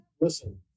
listen